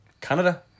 Canada